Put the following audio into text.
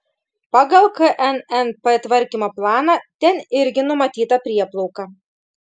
pagal knnp tvarkymo planą ten irgi numatyta prieplauka